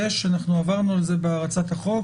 עברנו על זה בהצעת החוק.